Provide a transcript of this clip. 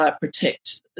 Protect